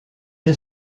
est